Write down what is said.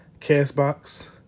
CastBox